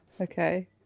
Okay